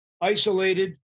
Isolated